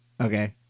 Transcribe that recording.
Okay